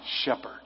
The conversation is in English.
shepherd